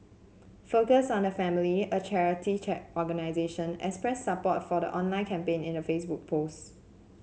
focus on the Family a charity organisation expressed support for the online campaign in a Facebook post